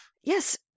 Yes